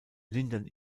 lindern